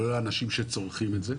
ולא אנשים שצורכים את זה.